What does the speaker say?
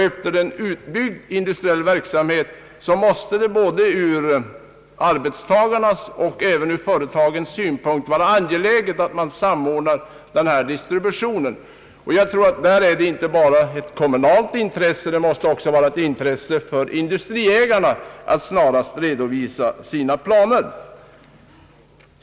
Efter en utbyggnad av den industriella verksamheten måste det såväl ur arbetstagarnas som företagarnas synpunkt vara angeläget att distributionen samordnas. Detta är inte bara ett kommunalt intresse. Det måste också vara ett intresse för industriägarna att snarast redovisa sina planer.